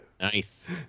Nice